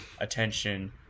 attention